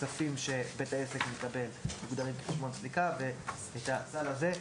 כספים שבית העסק מקבל מוגדרים כחשבון סליקה והסל הזה,